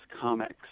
comics